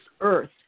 earth